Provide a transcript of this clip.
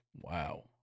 Wow